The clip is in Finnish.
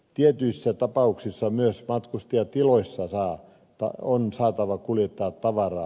tietyissä tapauksissa myös matkustajatiloissa on saatava kuljettaa tavaraa